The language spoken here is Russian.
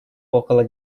около